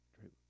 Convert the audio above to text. true